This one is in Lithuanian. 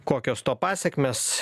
kokios to pasekmės